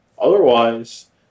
Otherwise